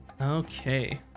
okay